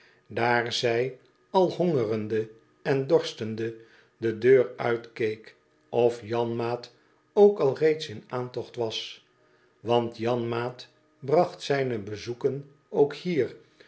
daar zij al hongerende en dorstende de deur uitkeek of janmaat ook al reeds in aantocht was want janmaat bracht zijne bezoeken ook hier